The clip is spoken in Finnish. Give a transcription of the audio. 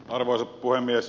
arvoisa puhemies